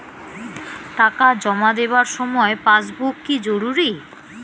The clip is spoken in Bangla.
টাকা জমা দেবার সময় পাসবুক কি জরুরি?